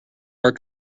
our